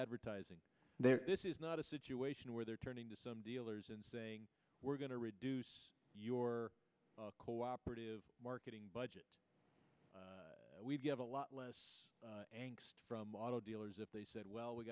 advertising there this is not a situation where they're turning to some dealers and saying we're going to reduce your co operative marketing budget we'd have a lot less auto dealers if they said well we